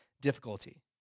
difficulty